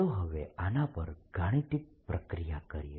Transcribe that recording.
ચાલો હવે આના પર ગાણિતિક પ્રક્રિયા કરીએ